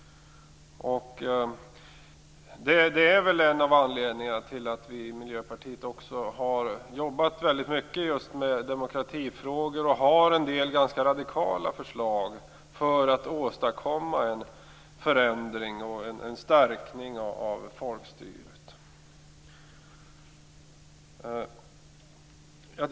Det är en av anledningarna till att vi i Miljöpartiet har arbetat mycket med demokratifrågor och har en del ganska radikala förslag för att åstadkomma en förändring och en stärkning av folkstyret.